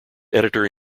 editor